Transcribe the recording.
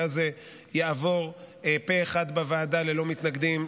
הזה יעבור פה אחד בוועדה ללא מתנגדים,